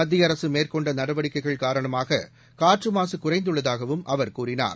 மத்திய அரசு மேற்கொண்ட நடவடிக்கைகள் காரணமாக காற்று மாசு குறைந்துள்ளதாகவும் அவர் கூறினார்